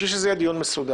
חשוב שזה יהיה דיון מסודר.